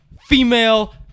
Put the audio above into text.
female